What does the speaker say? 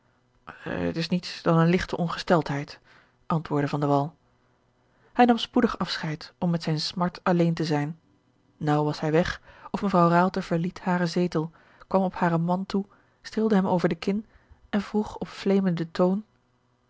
is niets dan eene ligte ongesteldheid antwoordde van de wall hij nam spoedig afscheid om met zijne smart alleen te zijn naauw was hij weg of mevrouw raalte verliet haren zetel kwam op haren man toe streelde hem over de kin en vroeg op fleemenden toon